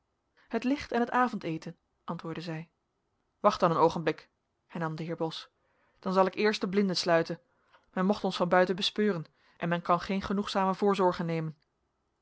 het licht en het avondeten antwoordde zij wacht dan een oogenblik hernam de heer bos dan zal ik eerst de blinden sluiten men mocht ons van buiten bespeuren en men kan geen genoegzame voorzorgen nemen